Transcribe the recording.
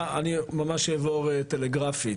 אני ממש אעבור טלגרפית,